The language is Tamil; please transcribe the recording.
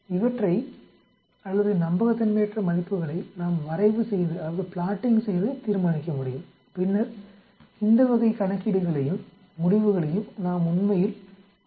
இவற்றை அல்லது நம்பகத்தன்மையற்ற மதிப்புகளை நாம் வரைவுசெய்து தீர்மானிக்க முடியும் பின்னர் இந்த வகை கணக்கீடுகளையும் முடிவுகளையும் நாம் உண்மையில் அடைய முடியும்